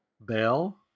Bell